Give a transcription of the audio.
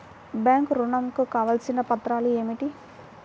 Bank ఋణం కు కావలసిన పత్రాలు ఏమిటి?